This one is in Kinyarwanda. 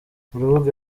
urubuga